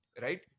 right